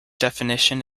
definition